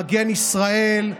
מגן ישראל,